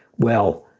well,